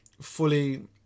fully